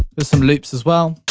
there's some loops as well.